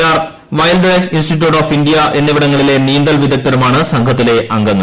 R Wildlife Institute of India എന്നിവിടങ്ങളിലെ നീന്തൽ വിദഗ്ദ്ധരുമാണ് സംഘത്തിലെ അംഗങ്ങൾ